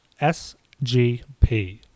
SGP